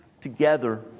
together